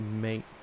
mate